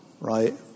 right